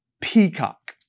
peacock